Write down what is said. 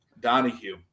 Donahue